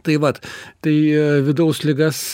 tai vat tai vidaus ligas